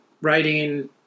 writing